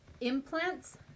implants